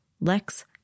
Lex